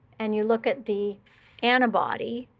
and you look at the antibody.